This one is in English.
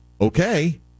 Okay